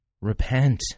Repent